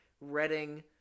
Reading